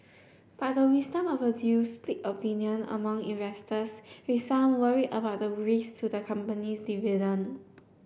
but the wisdom of the deal split opinion among investors with some worried about the risk to the company's dividend